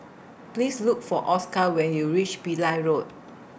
Please Look For Oscar when YOU REACH Pillai Road